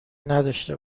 نداشته